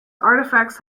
artifacts